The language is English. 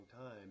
time